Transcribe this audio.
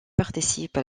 participe